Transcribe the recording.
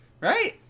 right